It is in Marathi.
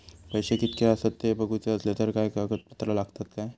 पैशे कीतके आसत ते बघुचे असले तर काय कागद पत्रा लागतात काय?